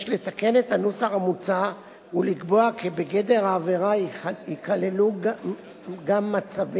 יש לתקן את הנוסח המוצע ולקבוע כי בגדר העבירה ייכללו גם מצבים